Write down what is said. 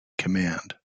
command